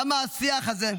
כמה השיח הזה,